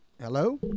Hello